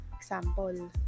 Example